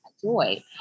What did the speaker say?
joy